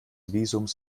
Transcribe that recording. visums